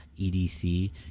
EDC